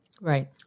Right